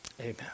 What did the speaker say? Amen